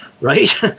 right